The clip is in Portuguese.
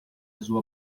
azul